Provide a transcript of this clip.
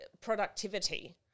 productivity